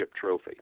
trophy